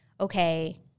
okay